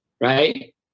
right